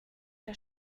der